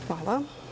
Hvala.